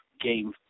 Game